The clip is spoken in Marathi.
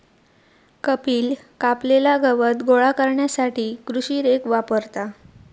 कपिल कापलेला गवत गोळा करण्यासाठी कृषी रेक वापरता